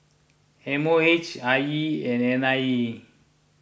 M O H I E and N I E